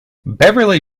beverley